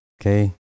okay